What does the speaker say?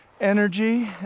energy